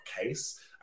case